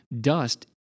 dust